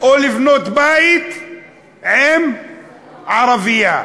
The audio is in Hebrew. או לבנות בית עם ערבייה.